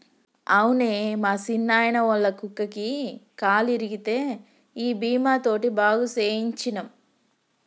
అవునే మా సిన్నాయిన, ఒళ్ళ కుక్కకి కాలు ఇరిగితే ఈ బీమా తోటి బాగు సేయించ్చినం